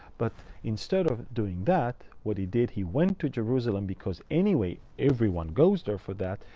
but instead of doing that, what he did he went to jerusalem because anyway, everyone goes there for that.